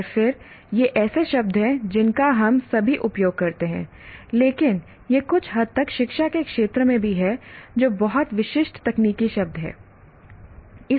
और फिर ये ऐसे शब्द हैं जिनका हम सभी उपयोग करते हैं लेकिन ये कुछ हद तक शिक्षा के क्षेत्र में भी हैं जो बहुत विशिष्ट तकनीकी शब्द हैं